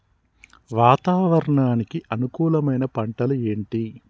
వాతావరణానికి అనుకూలమైన పంటలు ఏంటి?